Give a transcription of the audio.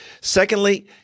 Secondly